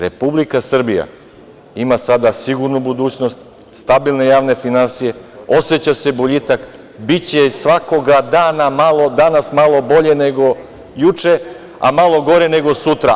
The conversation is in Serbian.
Republika Srbija ima sada sigurnu budućnost, stabilne javne finansije, oseća se boljitak, biće svakog dana malo bolje nego juče, a malo gore nego sutra.